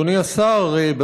אדוני השר,